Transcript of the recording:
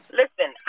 listen